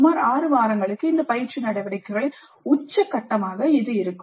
சுமார் 6 வாரங்களுக்கு இந்த பயிற்சி நடவடிக்கைகளின் உச்சக்கட்டமாக இது இருக்கும்